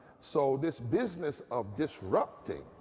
so this business of disrupt ing